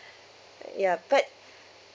ya but